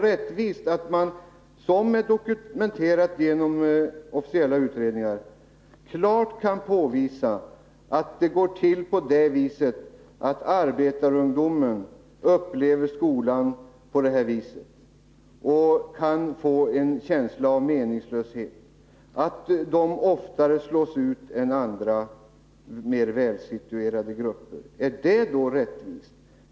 När man, som är dokumenterat genom officiella utredningar, klart kan påvisa att arbetarungdomen upplever skolan på det här viset och kan få en känsla av meningslöshet, att de oftare slås ut än andra, mer välsituerade grupper — är det då rättvist?